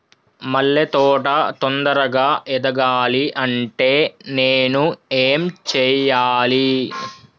మల్లె తోట తొందరగా ఎదగాలి అంటే నేను ఏం చేయాలి?